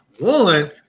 One